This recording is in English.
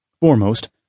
Foremost